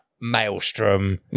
Maelstrom